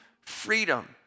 freedom